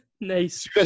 Nice